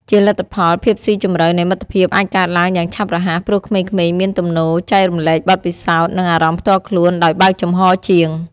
ជាលទ្ធផល ភាពស៊ីជម្រៅនៃមិត្តភាពអាចកើតឡើងយ៉ាងឆាប់រហ័ស ព្រោះក្មេងៗមានទំនោរចែករំលែកបទពិសោធន៍ និងអារម្មណ៍ផ្ទាល់ខ្លួនដោយបើកចំហរជាង។